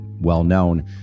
well-known